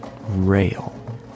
rail